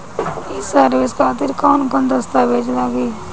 ये सर्विस खातिर कौन कौन दस्तावेज लगी?